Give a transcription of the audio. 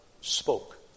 spoke